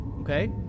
Okay